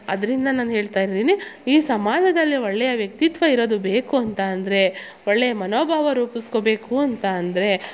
ಅದರಿಂದ ನಾನು ಹೇಳ್ತಾಯಿದಿನಿ ಈ ಸಮಾಜದಲ್ಲಿ ಒಳ್ಳೆಯ ವ್ಯಕ್ತಿತ್ವ ಇರೋದು ಬೇಕು ಅಂತಂದರೆ ಒಳ್ಳೆಯ ಮನೋಭಾವ ರೂಪಿಸ್ಕೊಬೇಕು ಅಂತ ಅಂದರೆ